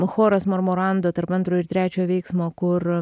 choras marmorando tarp antro ir trečio veiksmo kur